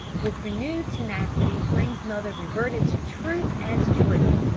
with renewed tenacity flame's mother reverted to truth as truth.